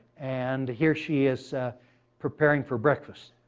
and here she is preparing for breakfast.